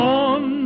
on